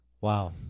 Wow